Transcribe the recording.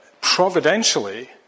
providentially